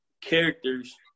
characters